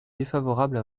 défavorable